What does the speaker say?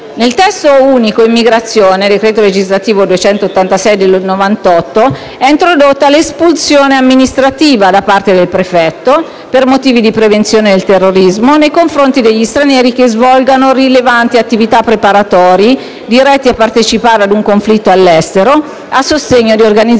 Nel testo unico sull'immigrazione (decreto legislativo n. 286 del 1998) è introdotta l'espulsione amministrativa da parte del prefetto per motivi di prevenzione del terrorismo nei confronti degli stranieri che svolgano rilevanti atti preparatori diretti a partecipare ad un conflitto all'estero a sostegno di organizzazioni